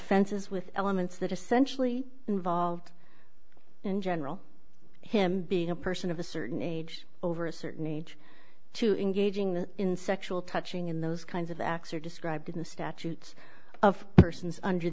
offenses with elements that essentially involved in general him being a person of a certain age over a certain age to engaging in sexual touching in those kinds of acts are described in the statutes of persons under